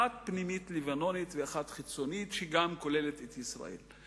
אחת פנימית לבנונית ואחת חיצונית שכוללת גם את ישראל.